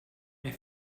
mehr